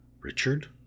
Richard